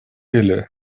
эле